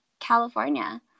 California